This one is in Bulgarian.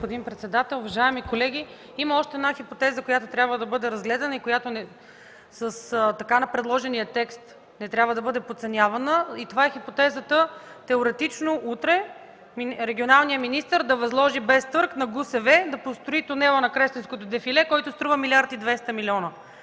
Уважаеми господин председател, уважаеми колеги! Има още една хипотеза, която трябва да бъде разгледана и която с така предложения текст не трябва да бъде подценяван и това е хипотезата теоретично утре регионалният министър да възложи без търг на ГУСВ да построи тунела на Кресненското дефиле, който струва милиард и 200 милиона.